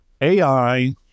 AI